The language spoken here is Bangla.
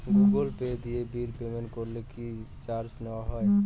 গুগল পে দিয়ে বিল পেমেন্ট করলে কি চার্জ নেওয়া হয়?